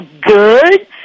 good